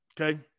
Okay